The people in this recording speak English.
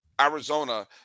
Arizona